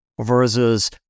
Versus